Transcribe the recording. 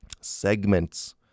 segments